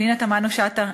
פנינה תמנו-שטה,